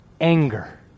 anger